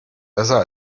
besser